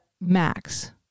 max